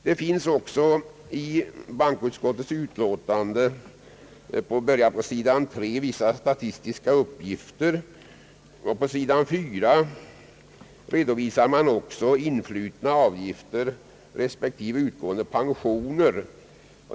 Det finns också i bankoutskottets utlåtande med början på s. 3 vissa statistiska uppgifter, och på s. 4 redovisar man influtna avgifter respektive utgående pensioner.